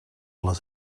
les